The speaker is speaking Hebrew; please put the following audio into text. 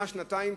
שנה-שנתיים,